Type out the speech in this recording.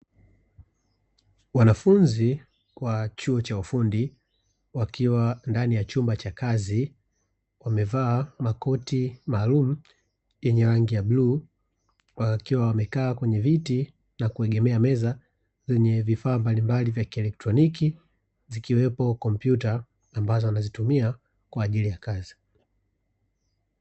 Wanafunzi wa chuo cha ufundi wakiwa ndani ya chumba cha kazi, wamevaa makoti maalumu yenye rangi ya bluu, wakiwa wamekaa kwenye viti na kuegemea meza yenye vifaa mbali mbali vya kielektroniki, zikiwepo kompyuta ambazo wanazitumia kwa ajili ya kazi.